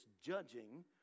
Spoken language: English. judging